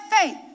faith